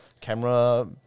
Camera